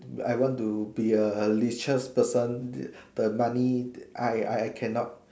I want to be a leisure person the nanny I I cannot